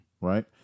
right